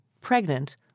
pregnant